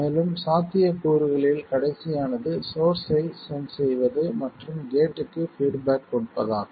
மேலும் சாத்தியக்கூறுகளில் கடைசியானது சோர்ஸ்ஸை சென்ஸ் செய்வது மற்றும் கேட்க்கு பீட்பேக் கொடுப்பதாகும்